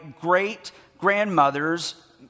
great-grandmother's